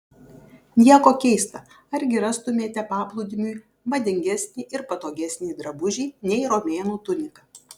nieko keista argi rastumėte paplūdimiui madingesnį ir patogesnį drabužį nei romėnų tunika